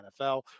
nfl